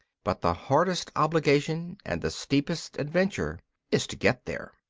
but the hardest obligation and the steepest adventure is to get there.